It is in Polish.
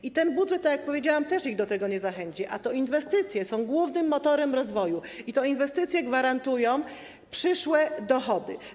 I ten budżet, tak jak powiedziałam, też ich do tego nie zachęci, a to inwestycje są głównym motorem rozwoju i to inwestycje gwarantują przyszłe dochody.